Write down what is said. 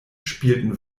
spielten